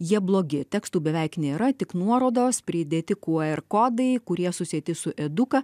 jie blogi tekstų beveik nėra tik nuorodos pridėti qr kodai kurie susieti su eduka